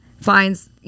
finds